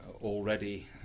already